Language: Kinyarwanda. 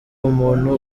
umuntu